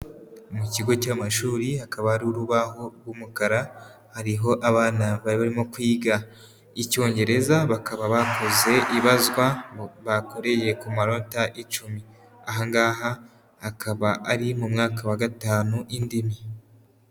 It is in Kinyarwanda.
Mu kigo cy'amashuri hakaba hari urubaho rw'umukara, hariho abana bari barimo kwiga Icyongereza bakaba bakoze ibazwa bakoreye ku manota icumi. Aha ngaha akaba ari mu mwaka wa gatanu indimi.